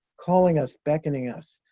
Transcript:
calling us, beckoning us,